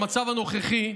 במצב הנוכחי,